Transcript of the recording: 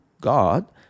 God